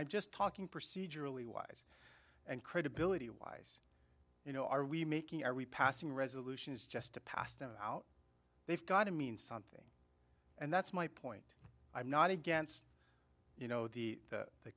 i just talking procedurally wise and credibility wise you know are we making are we passing resolutions just to pass them out they've got to mean something and that's my point i'm not against you know the